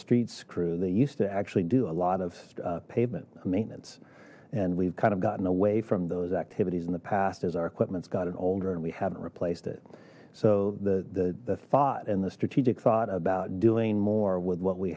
streets crew they used to actually do a lot of pavement maintenance and we've kind of gotten away from those activities in the past as our equipments got an older and we haven't replaced it so the the thought and the strategic thought about doing more with what we